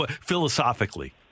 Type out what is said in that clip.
philosophically